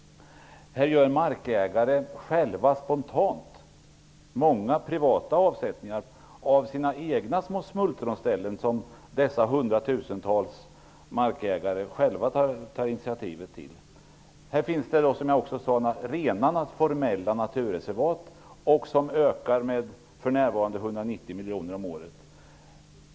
Markägare tar själva spontant initiativet till många privata avsättningar av sina egna små smultronställen. Det finns också formella naturreservat, som för närvarande ökar med 190 miljoner om året.